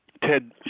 Ted